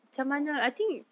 oh